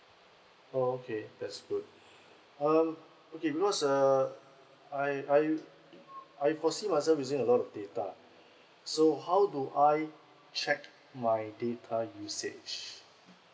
okay that's good uh okay because err I I I foresee myself using a lot of data so how do I check my data usage